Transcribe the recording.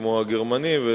כמו הגרמנים,